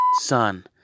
son